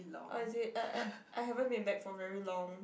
oh is it I I I haven't been back for very long